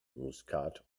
muskat